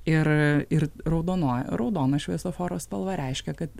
ir ir raudonoj raudona šviesoforo spalva reiškia kad